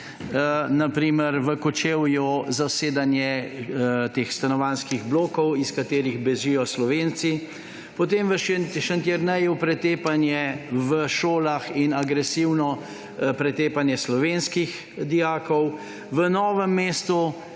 na primer v Kočevju zasedanje teh stanovanjskih blokov, iz katerih bežijo Slovenci, potem v Šentjerneju pretepanje v šolah in agresivno pretepanje slovenskih dijakov, v Novem mestu